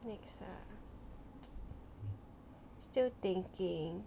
next ah still thinking